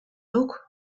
duk